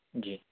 جی